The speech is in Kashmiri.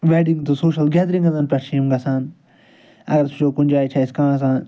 ویٚڈِنٛگ تہٕ سوشَل گیٚدرِنٛگ زَن پٮ۪ٹھ چھِ یِم گَژھان اگر أسۍ وُچھو کُنہِ جایہِ چھُ اسہِ کانٛہہ آسان